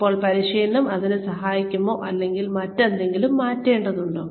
ഇപ്പോൾ പരിശീലനം ഇതിനു സഹായിക്കുമോ അല്ലെങ്കിൽ മറ്റെന്തെങ്കിലും മാറ്റേണ്ടതുണ്ടോ